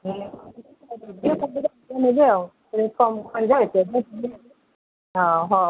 ହଁ ହଉ